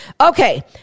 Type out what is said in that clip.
Okay